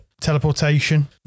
teleportation